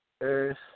earth